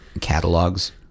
catalogs